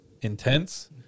intense